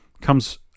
comes